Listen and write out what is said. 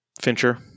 Fincher